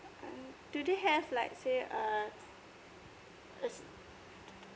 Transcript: mm do they have let's say uh is